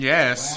Yes